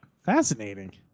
Fascinating